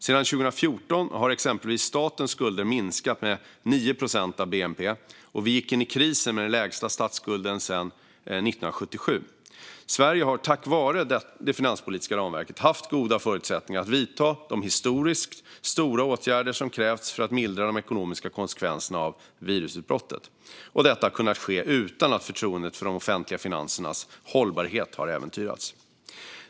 Sedan 2014 har exempelvis statens skulder minskat med 9 procent av bnp, och vi gick in i krisen med den lägsta statsskulden sedan 1977. Sverige har tack vare det finanspoliska ramverket haft goda förutsättningar att vidta de historiskt stora åtgärder som krävts för att mildra de ekonomiska konsekvenserna av virusutbrottet, och detta har kunnat ske utan att förtroendet för de offentliga finansernas hållbarhet har äventyrats.